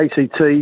ACT